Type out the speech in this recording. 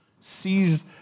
sees